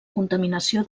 contaminació